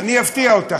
אני אפתיע אותך,